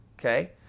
Okay